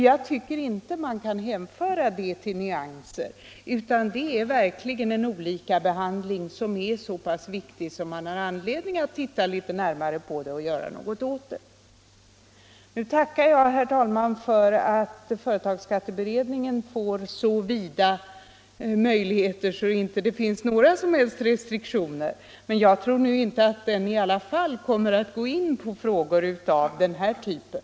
Jag tycker inte man kan hänföra det till nyanser, utan det är verkligen en olikabehandling, som är så viktig att man har anledning att se litet närmare på detta och göra någonting åt det. Nu tackar jag, herr talman, för att företagsskatteberedningen får så vida möjligheter att det inte finns några som helst restriktioner. Jag tror i alla fall inte att den kommer att gå in på frågor av den här typen.